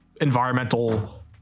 environmental